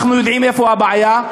אנחנו יודעים איפה הבעיה.